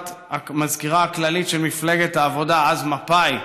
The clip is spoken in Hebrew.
המזכירה הכללית של מפלגת העבודה, אז מפא"י,